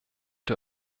der